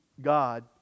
God